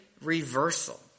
reversal